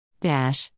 dash